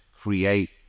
create